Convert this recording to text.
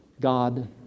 God